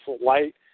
light